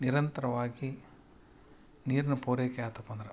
ನಿರಂತರವಾಗಿ ನೀರಿನ ಪೂರೈಕೆ ಆತಪ್ಪ ಅಂದ್ರೆ